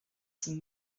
some